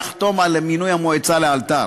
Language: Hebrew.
יחתום על מינוי המועצה לאלתר.